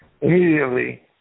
immediately